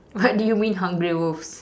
what do you mean hungry wolves